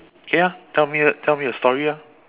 okay ah tell me tell me a story ah